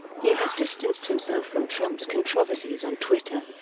he has distanced himself from trump's controversies on twitter,